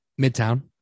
midtown